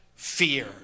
Fear